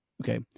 Okay